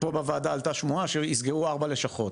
פה בוועדה עלתה שמועה שיסגרו 4 לשכות